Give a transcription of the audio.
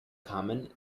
kamen